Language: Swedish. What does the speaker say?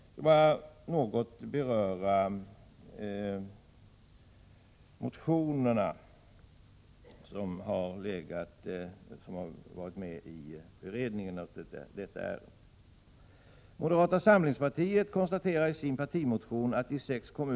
Sedan vill jag något beröra de motioner som har behandlats vid beredningen av detta ärende.